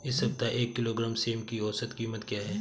इस सप्ताह एक किलोग्राम सेम की औसत कीमत क्या है?